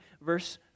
verse